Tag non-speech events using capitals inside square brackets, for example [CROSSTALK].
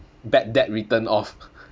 bad debt written off [LAUGHS]